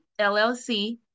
LLC